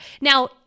Now